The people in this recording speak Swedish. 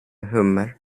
hummer